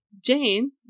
Jane